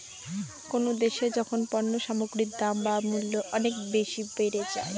কোনো দেশে যখন পণ্য সামগ্রীর দাম বা মূল্য অনেক বেশি বেড়ে যায়